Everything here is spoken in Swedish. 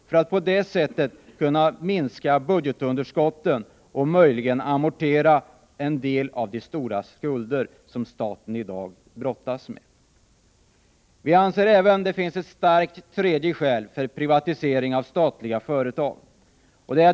På det sättet skulle vi kunna minska budgetunderskottet och möjligen amortera en del av de stora skulder som staten i dag brottas med. Vi anser även att det finns ett tredje starkt skäl för privatisering av statliga företag.